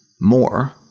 more